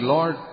Lord